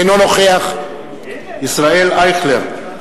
אינו נוכח ישראל אייכלר,